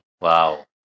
wow